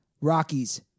Rockies